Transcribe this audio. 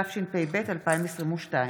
33), התשפ"ב 2022,